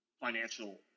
financial